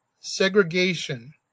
segregation